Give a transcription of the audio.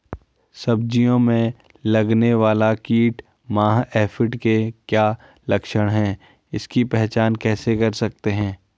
सब्जियों में लगने वाला कीट माह एफिड के क्या लक्षण हैं इसकी पहचान कैसे कर सकते हैं?